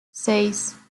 seis